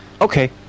Okay